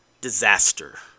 disaster